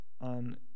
on